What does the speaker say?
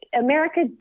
America